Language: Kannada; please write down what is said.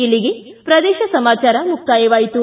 ಇಲ್ಲಿಗೆ ಪ್ರದೇಶ ಸಮಾಚಾರ ಮುಕ್ತಾಯವಾಯಿತು